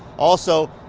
also,